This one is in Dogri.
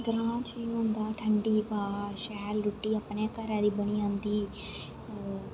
ग्रां च एह् हुंदा ठंडी ब्हा शैल रुट्टी अपने घरै दी बनी जंदी